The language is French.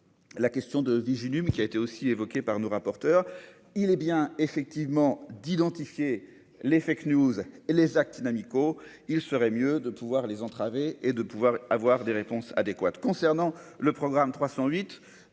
la question de 18 qui a été aussi évoquée par nos rapporteurs, il est bien effectivement d'identifier l'effet que News et les actes inamicaux, il serait mieux de pouvoir les entraver et de pouvoir avoir des réponses adéquates